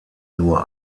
nur